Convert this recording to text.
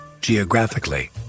geographically